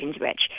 rich